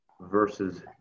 versus